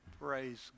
Praise